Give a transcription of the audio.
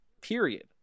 period